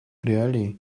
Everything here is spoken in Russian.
реалии